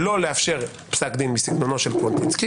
לא לאפשר פסק דין בסגנונו של קווטינסקי,